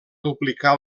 duplicar